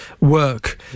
work